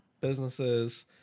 businesses